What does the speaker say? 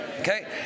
Okay